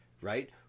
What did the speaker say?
Right